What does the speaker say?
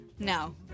No